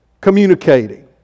communicating